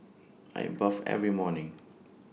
I bathe every morning